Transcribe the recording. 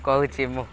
କହୁଛି ମୁଁ